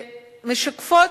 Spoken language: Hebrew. שמשקפות,